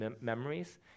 memories